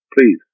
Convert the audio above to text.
please